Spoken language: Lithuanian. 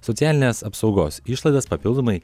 socialinės apsaugos išlaidas papildomai